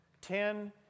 Ten